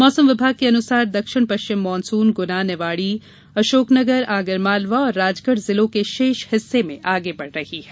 मौसम विभाग के अनुसार दक्षिण पश्चिम मानसून गुना निवाड़ी अशोकनगर आगर मालवा और राजगढ़ ज़िलों के शेष हिस्से में आगे बढ़ रहा है